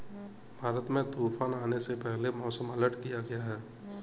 भारत में तूफान आने से पहले मौसम अलर्ट किया गया है